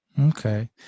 Okay